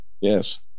Yes